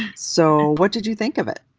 so what did you think of it?